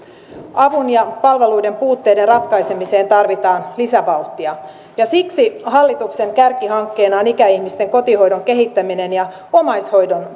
avun ja palveluiden puutteiden ratkaisemiseen tarvitaan lisävauhtia ja siksi hallituksen kärkihankkeena on ikäihmisten kotihoidon kehittäminen ja omaishoidon